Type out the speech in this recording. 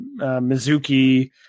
Mizuki